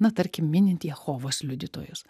na tarkim minint jehovos liudytojus